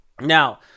Now